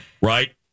Right